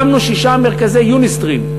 הקמנו שישה מרכזי "יוניסטרים".